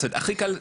הכי קל,